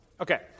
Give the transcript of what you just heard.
Okay